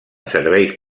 serveis